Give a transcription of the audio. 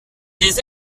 des